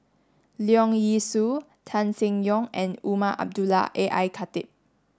Leong Yee Soo Tan Seng Yong and Umar Abdullah A I Khatib